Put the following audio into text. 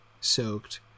soaked